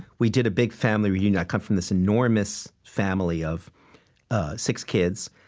we did a big family reunion. i come from this enormous family of six kids.